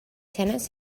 tennis